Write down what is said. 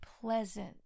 pleasant